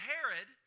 Herod